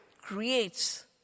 creates